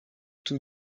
tout